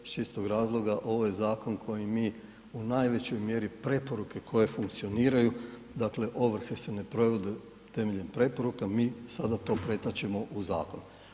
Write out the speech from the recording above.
Iz čistog razloga ovo je zakon koji mi u najvećoj mjeri preporuke koje funkcioniraju, dakle ovrhe se ne provode temeljem preporuka, mi sada to pretačemo u zakon.